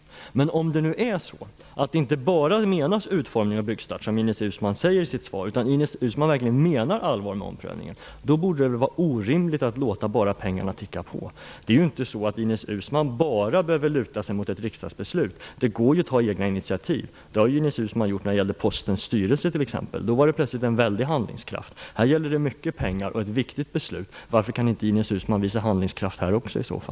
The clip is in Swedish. Om Ines Uusmann inte bara menar utformning och byggstart, som hon sade i svaret, utan om hon verkligen allvar med omprövningen, är det väl orimligt att låta pengarna ticka i väg. Ines Uusmann behöver inte bara luta sig emot ett riksdagsbeslut. Det går att ta egna initiativ. Det har Ines Uusmann t.ex. gjort när det gällde Postens styrelse. Då fanns det plötsligt stor handlingskraft. Här gäller det mycket pengar och ett viktigt beslut. Varför kan Ines Uusmann i så fall inte visa handlingskraft även här?